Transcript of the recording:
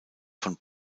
von